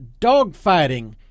dogfighting